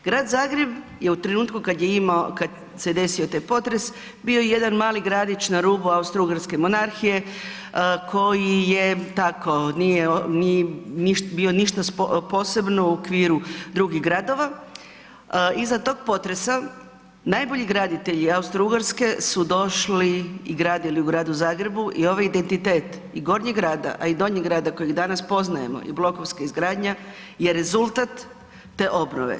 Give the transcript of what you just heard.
Grad Zagreb je u trenutku kada se desio taj potres bio je jedan mali gradić na rubu Austro-Ugarske monarhije koji je tako nije bio ništa posebno u okviru drugih gradova, iza tog potresa najbolji graditelji Austro-Ugarske su došli i gradili u Gradu Zagrebu i ovaj identitet i gornjeg grada, a i donjeg grada kojeg danas poznajemo i blokovska izgradnja je rezultat te obnove.